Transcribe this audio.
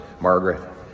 Margaret